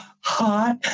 hot